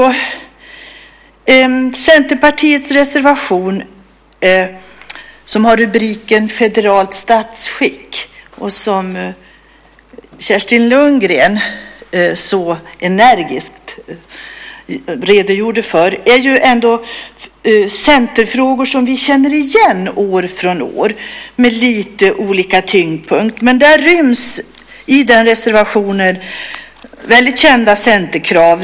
Centerpartiets reservation, som har rubriken "Federalt statsskick" och som Kerstin Lundgren så energiskt redogjorde för, innehåller ju ändå centerfrågor som vi känner igen år från år med lite olika tyngdpunkt. I den reservationen ryms väldigt kända centerkrav.